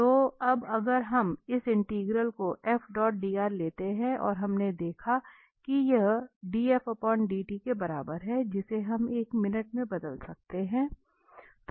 तो अब अगर हम इस इंटीग्रल को लेते हैं और हमने देखा कि यह df dt के बराबर है जिसे हम एक मिनट में बदल सकते हैं